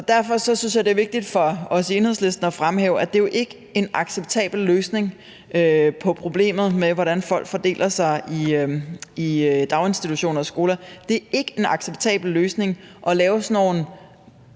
derfor synes jeg også, det er vigtigt for os i Enhedslisten at fremhæve, at det jo ikke er en acceptabel løsning på problemet med, hvordan folk fordeler sig i daginstitutioner og skoler. Det er ikke en acceptabel løsning at lave